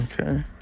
Okay